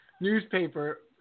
newspaper